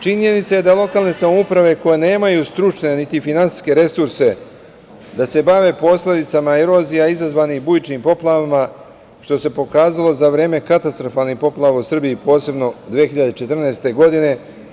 Činjenica je da lokalne samouprave, koje nemaju stručne, niti finansijske resurse, da se bave posledicama erozija, izazvane bujičnim poplavama, što se pokazalo za vreme katastrofalnih poplava u Srbiji, posebno 2014. godine.